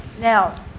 now